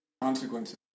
consequences